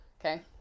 Okay